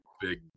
big